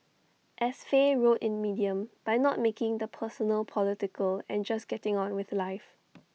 as Faye wrote in medium by not making the personal political and just getting on with life